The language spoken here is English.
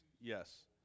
Yes